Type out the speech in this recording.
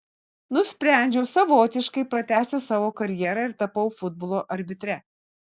nusprendžiau savotiškai pratęsti savo karjerą ir tapau futbolo arbitre